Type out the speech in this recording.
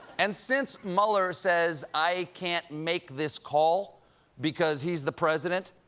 and since mueller says i can't make this call because he's the president,